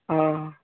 ହଁ